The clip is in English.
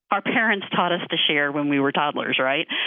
our parents taught us to share when we were toddlers, right?